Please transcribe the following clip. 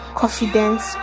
confidence